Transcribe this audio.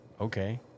Okay